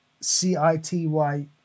C-I-T-Y